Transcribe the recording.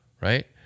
right